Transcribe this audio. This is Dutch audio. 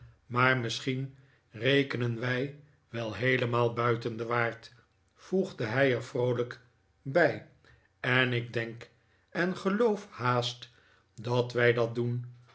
maar misschien rekenen wij wel heelemaal buiten den waard voegde hij er vroolijker bij en ik denk en geloof haast dat wij dat doen